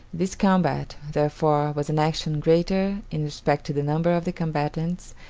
this combat, therefore, was an action greater, in respect to the number of the combatants,